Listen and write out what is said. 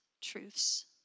truths